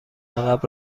عقب